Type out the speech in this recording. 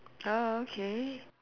ah okay